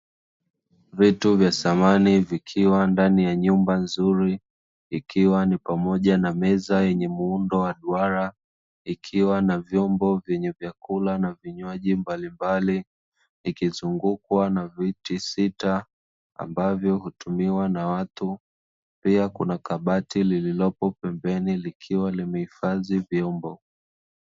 Vitu vya samani vikiwa ndani ya nyumba nzuri, ikiwa ni pamoja na meza yenye muundo wa duara, ikiwa na vyombo vyenye vyakula na vinywaji mbalimbali, ikizungukwa na viti sita ambavyo hutumiwa na watu. Pia kuna kabati lililopo pembeni, likiwa limehifadhi vyombo.